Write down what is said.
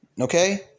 Okay